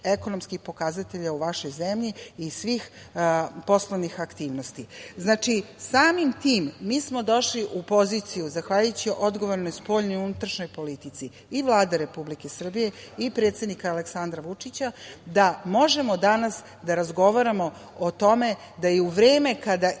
ekonomskih pokazatelja u vašoj zemlji i svih poslovnih aktivnosti. Znači, samim tim mi smo došli u poziciju, zahvaljujući odgovornoj spoljnoj i unutrašnjoj politici i Vlade Republike Srbije i predsednika Aleksandra Vučića, da možemo danas da razgovaramo o tome da je u vreme kada imamo